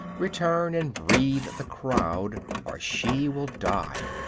return and breathe the crowd or she will die.